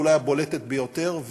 ואולי הבולטת ביותר,